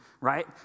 right